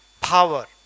power